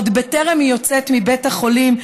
עוד בטרם היא יוצאת מבית החולים,